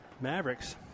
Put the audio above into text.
Mavericks